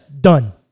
Done